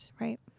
right